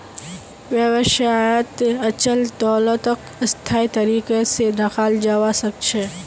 व्यवसायत अचल दोलतक स्थायी तरीका से रखाल जवा सक छे